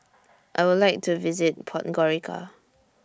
I Would like to visit Podgorica